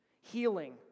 healing